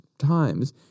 times